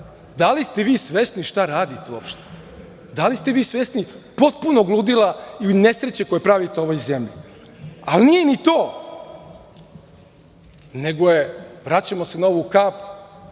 Da li ste vi svesni šta radite uopšte? Da i ste vi svesni potpunog ludila i nesreće koju pravite u ovoj zemlji? Ali, nije ni to, nego je, vraćamo se na ovu kap,